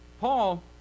Paul